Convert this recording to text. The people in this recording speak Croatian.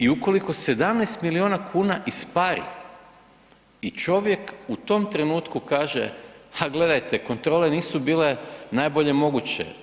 I ukoliko 17 milijuna kuna ispari i čovjek u tom trenutku kaže, ha gledajte, kontrole nisu bile najbolje moguće.